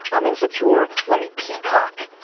i'm insecure, let me peacock